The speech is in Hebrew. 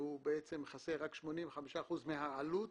והוא מכסה רק 85% מהעלות